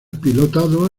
pilotado